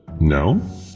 No